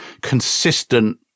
consistent